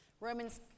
Romans